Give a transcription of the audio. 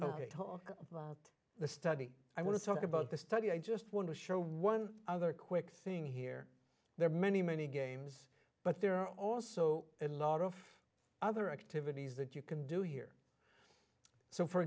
talk about the study i want to talk about the study i just want to show one other quick thing here there are many many games but there are also a lot of other activities that you can do here so for